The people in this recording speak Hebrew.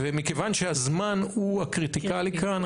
ומכיוון שהזמן הוא קריטי כאן,